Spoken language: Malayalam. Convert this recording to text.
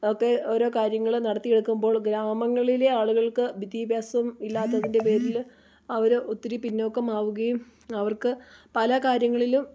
ഒക്കെ ഓരോ കാര്യങ്ങൾ നടത്തി എടുക്കുമ്പോൾ ഗ്രാമങ്ങളിലെ ആളുകൾക്ക് വിദ്യാഭ്യാസം ഇല്ലാത്തതിൻ്റെ പേരിൽ അവർ ഒത്തിരി പിന്നോക്കാം ആവുകയും അവർക്ക് പല കാര്യങ്ങളിലും